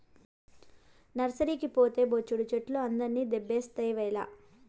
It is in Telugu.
నర్సరీకి పోతే బొచ్చెడు చెట్లు అందరిని దేబిస్తావేల